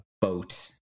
boat